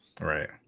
Right